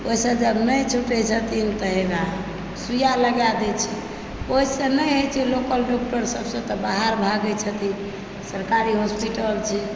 ओहिसँ जब नहि छूटै छथिन तहन सूइयाँ लगा दए छै ओहिसँ नहि होइत छै लोकल डॉक्टर सबसंँ तऽ बाहर भागै छथिन सरकारी हॉस्पिटल छै